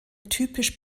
typisch